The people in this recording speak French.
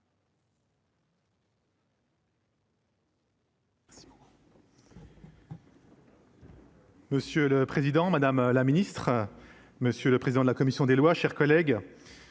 Monsieur le président, madame la ministre, monsieur le président de la commission des lois, chers collègues,